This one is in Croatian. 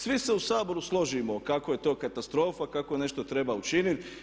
Svi se u Saboru složimo kako je to katastrofa, kako nešto treba učiniti.